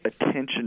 attention